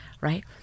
Right